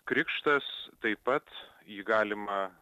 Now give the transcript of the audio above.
krikštas taip pat jį galimą